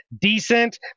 decent